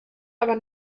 aber